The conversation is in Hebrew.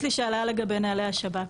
יש לי שאלה לגבי נהלי השב"כ,